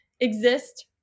exist